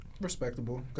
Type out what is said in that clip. Respectable